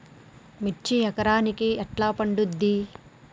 మిర్చి ఎకరానికి ఎట్లా పండుద్ధి?